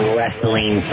Wrestling